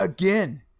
Again